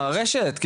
הרשת,